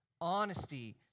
honesty